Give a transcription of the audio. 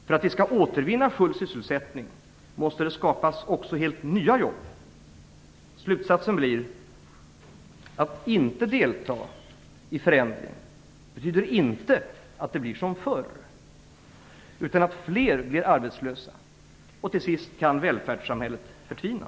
För att vi skall återvinna full sysselsättning måste det skapas också helt nya jobb. Slutsatsen blir: Att inte delta i förändringen betyder inte att det blir som förr utan att fler blir arbetslösa. Till sist kan välfärdssamhället förtvina.